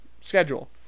schedule